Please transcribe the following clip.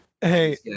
hey